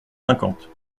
cinquante